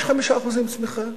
יש 5% צמיחה,